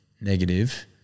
negative